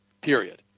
period